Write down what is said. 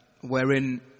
wherein